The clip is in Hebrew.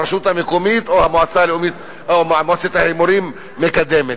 שהרשות המקומית או המועצה הלאומית או מועצת ההימורים מקדמת.